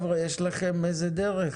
יש לכם איזה דרך.